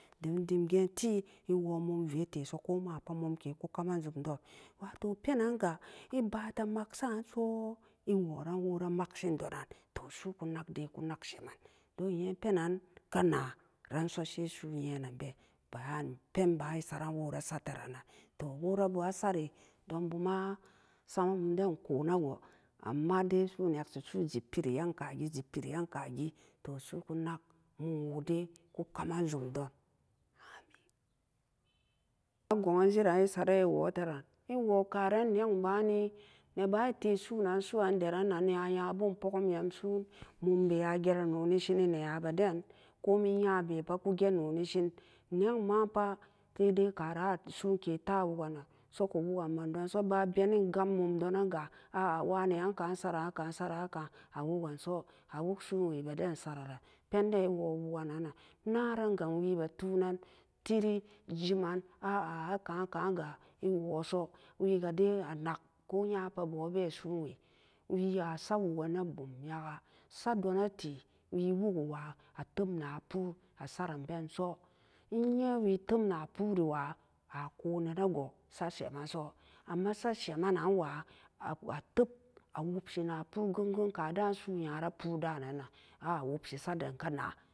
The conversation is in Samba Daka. Dim-dimgeenti ewo mumveteso komapot mumke ku raman zumdon wato penanga ebate mag sa'anso eworan wara makshin donan to su'uku nagdai kunag sheman don nye penan kanaranso sai su'u nyenan been bayani penbon esaran wora satern nan to warabo asari donbuma sama mumden koon-nago amma dai su'a neksi su'u jippiri emkagi jippiran kogi to su'uku nak mumwodai ku kamanzum don, ameen, pengo'anjeran esaran ewoteran ewokaran nong baloni neba'an tesoon-nan su'an deran-nan ayabun pogum nyam soon mumbe ageran noni shini ne yabeden komin nyabepa kugenoni shin nongmapa dai dai karan asoonke tawuganan so ku wugan mandonso be benin gam mum do nanga ah-ah waneyan ka'an saraka'an sorakan awuganso awug soon we be an sara-ran penden enwo wugonan nan naran gong wiibe tunan tiri jimon ah-ah akaan kaan ga ewoso wega daii anag ko nyapa boonbe soonwe weya sawugana bum nyaga sadona te we wugiwa atebna pu a saran benso nyewe tebna puriwa a konana go sa shemanso amma sa sheman nan wa ateb awupshina pu gon, gon kadaan su'u nyara puda'an nan-nan a awupsi saden kana.